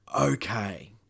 okay